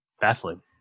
Baffling